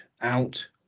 out